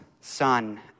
Son